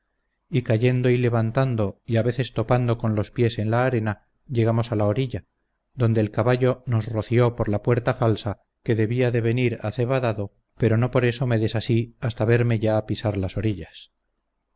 y cayendo y levantando y a veces topando con los pies en la arena llegamos a la orilla donde el caballo nos roció por la puerta falsa que debía de venir acebadado pero no por eso me desasí hasta verme ya pisar las orillas